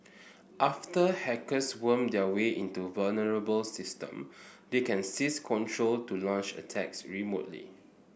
after hackers worm their way into vulnerable system they can seize control to launch attacks remotely